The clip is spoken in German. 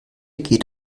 geht